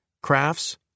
crafts